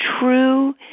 true